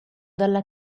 dalla